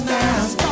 now